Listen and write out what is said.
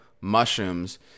mushrooms